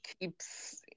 keeps